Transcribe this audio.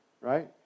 right